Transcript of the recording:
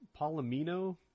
Palomino